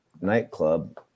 nightclub